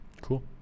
Cool